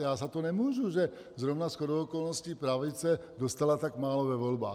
Já za to nemůžu, že zrovna shodou okolností pravice dostala tak málo ve volbách.